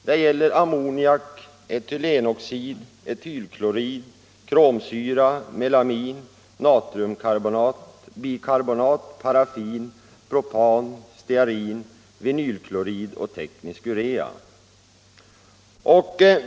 Det gäller ammoniak, etylenoxid, etylklorid, kromsyra, melamin, natriumbikarbonat, paraffin, propan, stearin, vinylklorid och teknisk urea.